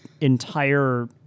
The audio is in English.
entire